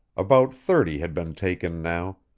about thirty had been taken now,